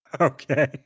Okay